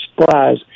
surprise